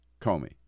Comey